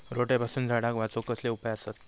रोट्यापासून झाडाक वाचौक कसले उपाय आसत?